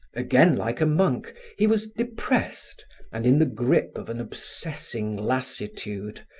again like a monk, he was depressed and in the grip of an obsessing lassitude,